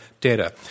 data